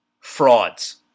Frauds